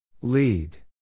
Lead